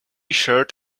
shared